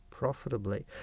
Profitably